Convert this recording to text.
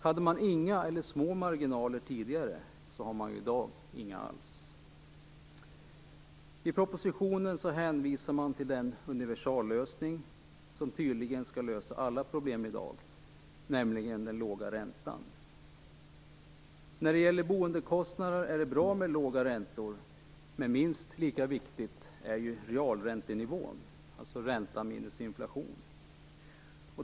Hade man tidigare inga eller små marginaler, har man i dag inga alls. I propositionen hänvisar man till den universallösning som tydligen skall vara tillämplig på alla problem i dag, nämligen den låga räntan. När det gäller boendekostnader är det bra med låga räntor, men minst lika viktig är realräntenivån, alltså ränta minus inflation.